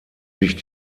sich